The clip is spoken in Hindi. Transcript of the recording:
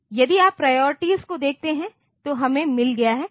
यदि आप प्रिऑरिटीज़ को देखते हैं तो हमें मिल गया है